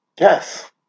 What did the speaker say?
Yes